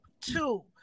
two